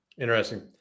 Interesting